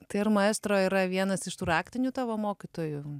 tai ir maestro yra vienas iš tų raktinių tavo mokytojų